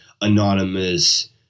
anonymous